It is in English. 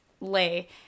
lay